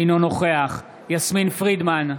אינו נוכח יסמין פרידמן,